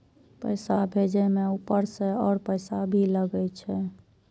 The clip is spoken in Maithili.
पैसा भेजे में ऊपर से और पैसा भी लगे छै?